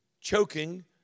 choking